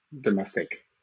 domestic